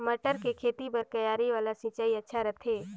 मटर के खेती बर क्यारी वाला सिंचाई अच्छा रथे?